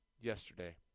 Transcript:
yesterday